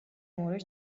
more